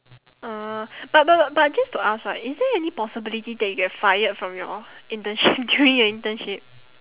uh but but but just to ask right is there any possibility that you get fired from your internship during your internship